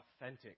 authentic